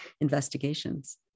investigations